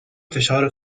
فشار